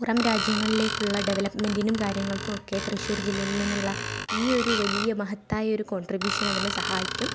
പുറം രാജ്യങ്ങളിലേക്കുള്ള ഡെവലപ്പ്മെൻറ്റിനും കാര്യങ്ങൾക്കുമൊക്കെ തൃശ്ശൂർ ജില്ലയിൽ നിന്നുള്ള ഈ ഒരു വലിയ മഹത്തായൊരു കോണ്ട്രിബ്യുഷൻ അതിന് സഹായിക്കും